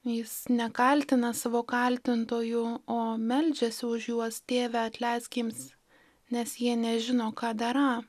jis nekaltina savo kaltintojų o meldžiasi už juos tėve atleisk jiems nes jie nežino ką darą